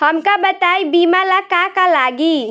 हमका बताई बीमा ला का का लागी?